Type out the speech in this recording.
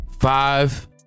Five